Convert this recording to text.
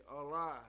alive